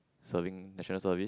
serving National Service